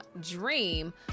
dream